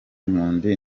nkunda